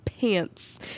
pants